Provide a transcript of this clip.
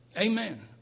Amen